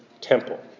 temple